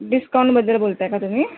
डिस्काउंटबद्दल बोलत आहात का तुम्ही